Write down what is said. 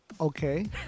okay